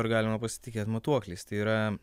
ar galima pasitikėt matuokliais tai yra